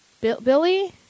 Billy